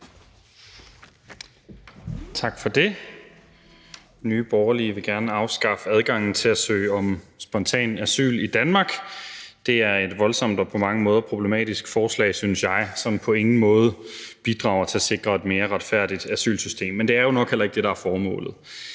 Tak for det. Nye Borgerlige vil gerne afskaffe adgangen til at søge om spontant asyl i Danmark. Det er et voldsomt og på mange måder problematisk forslag, synes jeg, som på ingen måde bidrager til at sikre et mere retfærdigt asylsystem, men det er jo nok heller ikke det, der er formålet.